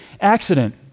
accident